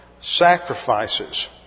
sacrifices